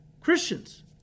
Christians